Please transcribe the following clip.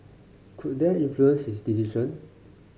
could that influenced his decision